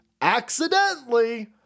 accidentally